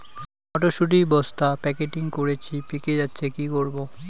মটর শুটি বস্তা প্যাকেটিং করেছি পেকে যাচ্ছে কি করব?